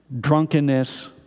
drunkenness